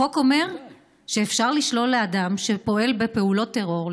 החוק אומר שאפשר לשלול לאדם שפועל בפעולות טרור,